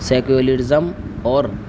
secularism اور